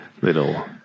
little